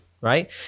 right